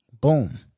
boom